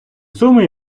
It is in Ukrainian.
суми